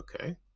Okay